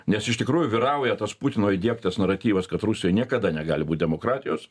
nes iš tikrųjų vyrauja tas putino įdiegtas naratyvas kad rusijoj niekada negali būti demokratijos